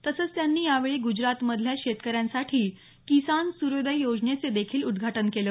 तसंच त्यांनी यावेळी ग्जरातमधल्या शेतकऱ्यांसाठी किसान सूर्योदय योजनेचे देखील उद्घाटन केलं